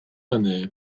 hynny